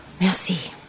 Merci